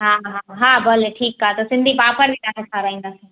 हा हा हा भले ठीकु आहे त सिंधी पापड़ बि तव्हांखे खाराईंदासीं